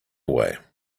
away